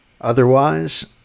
otherwise